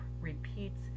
repeats